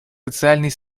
социальной